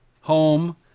home